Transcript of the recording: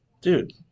dude